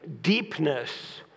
deepness